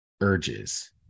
urges